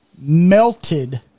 melted